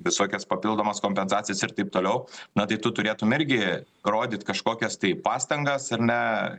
visokias papildomos kompensacijas ir taip toliau na tai tu turėtum irgi rodyt kažkokias tai pastangas ar ne